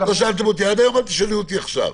כמו שלא שאלתם אותי עד היום, אל תשאלו אותי עכשיו.